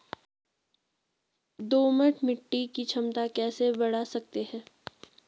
दोमट मिट्टी की क्षमता कैसे बड़ा सकते हैं?